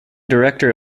director